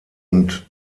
und